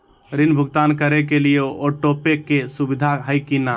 ऋण भुगतान करे के लिए ऑटोपे के सुविधा है की न?